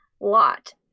lot